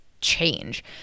change